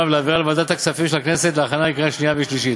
ולהעבירה לוועדת הכספים של הכנסת להכנה לקריאה שנייה ושלישית.